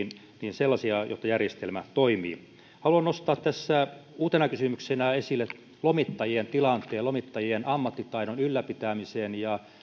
sellaisia jotta järjestelmä toimii haluan nostaa tässä uutena kysymyksenä esille lomittajien tilanteen lomittajien ammattitaidon ylläpitämisen ja